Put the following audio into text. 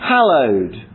Hallowed